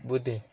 বোঁদে